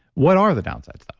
what are the downsides, though?